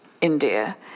India